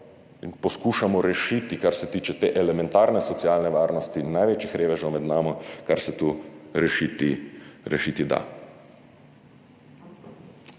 in poskušamo rešiti, kar se tiče te elementarne socialne varnosti največjih revežev med nami, kar se tu rešiti da.